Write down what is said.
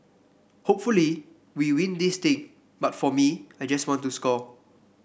hopefully we win this thing but for me I just want to score